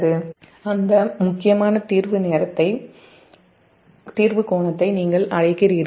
அதாவது இது நீங்கள் அழைக்கும் அதிகபட்சம் என்று அழைக்கப்படுகிறது அந்த முக்கியமான தீர்வு கோணத்தை நீங்கள் அழைக்கிறீர்கள்